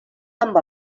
amb